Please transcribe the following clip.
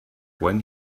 when